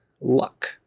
luck